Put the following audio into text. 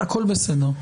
הכול בסדר.